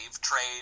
trade